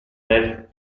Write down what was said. del